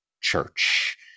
Church